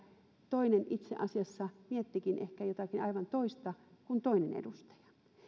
toinen itse asiassa miettikin ehkä jotakin aivan toista kuin toinen edustaja